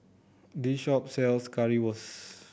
this shop sells Currywurst